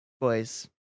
boys